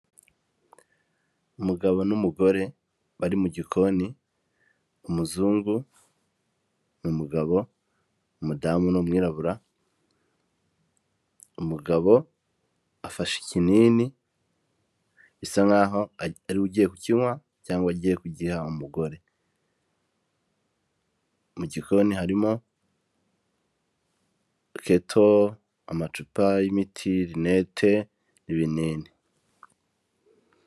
Umugabo n'umugore bari mu gikoni, umuzungu ni umugabo, umudamu ni umwirabura. umugabo afashe ikinini bisa nkaho ari we ugiye kukinywa cyangwa agiye kugiha umugore, mu gikoni harimo keto, amacupa y'imiti, rinete n'ibinini.